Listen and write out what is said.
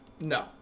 No